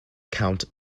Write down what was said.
count